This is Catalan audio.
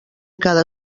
cada